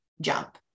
jump